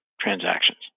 transactions